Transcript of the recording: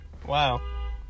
Wow